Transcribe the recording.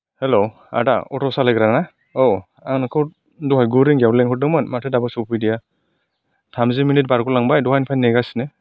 hello आदा अत' सालायग्राना औ आं नोंखौ दहाय गु रिंगायाव लेंहरदोंमोन माथो दाबो सौफैदिया थामजि मिनिट बारग'लांबाय दहायनिफ्राय नेगासिनो